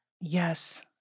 Yes